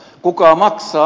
kuka maksaa